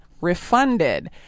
refunded